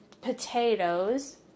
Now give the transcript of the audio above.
potatoes